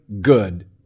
good